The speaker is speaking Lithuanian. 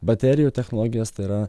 baterijų technologijos tai yra